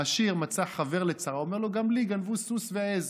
העשיר מצא חבר לצרה, אומר לו: לי גנבו סוס ועז.